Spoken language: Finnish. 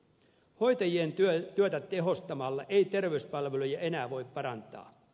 hoitajien työtä tehostamalla ei terveyspalveluja enää voi parantaa